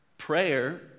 Prayer